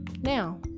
now